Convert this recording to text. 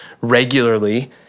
regularly